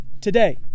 today